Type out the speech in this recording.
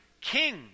king